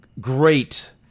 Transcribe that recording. great